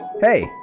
Hey